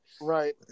Right